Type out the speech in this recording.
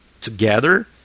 together